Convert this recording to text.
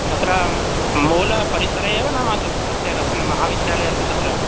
तत्र मूलपरिसरे एव नाम तस् तस्य तस्मिन् महाविद्यालयः अस्ति तत्र